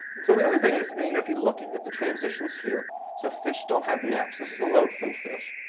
and so the other thing is, if you look at at the transitions here so fish don't have necks. this is a lobe finned fish.